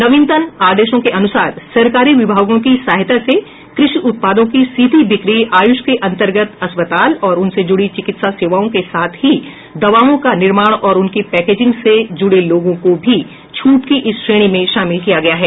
नवीनतम आदेशों के अनुसार सरकारी विभागों की सहायता से कृषि उत्पादों की सीधी बिक्री आयुष के अंतर्गत अस्पताल और उनसे जुड़ी चिकित्सा सेवाओं के साथ ही दवाओं का निर्माण और उनकी पैकेजिंग से जूड़े लोगों को भी छूट की इस श्रेणी में शामिल किया गया है